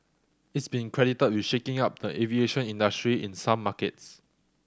it's been credited with shaking up the aviation industry in some markets